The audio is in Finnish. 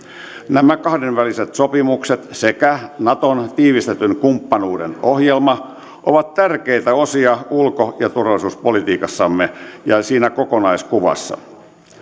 nämä kahdenväliset sopimukset sekä naton tiivistetyn kumppanuuden ohjelma ovat tärkeitä osia ulko ja turvallisuuspolitiikassamme ja siinä kokonaiskuvassa